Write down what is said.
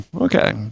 okay